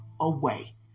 away